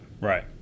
Right